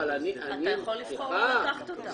אתה יכול לבחור לא לקחת אותה.